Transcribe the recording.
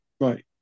right